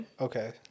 Okay